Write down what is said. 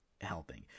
helping